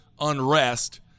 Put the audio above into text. unrest